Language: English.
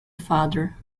father